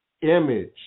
image